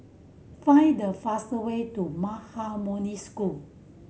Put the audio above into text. find the fastest way to Maha Moni School